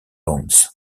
bones